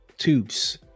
Tubes